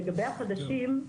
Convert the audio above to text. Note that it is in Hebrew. לגבי החדשים,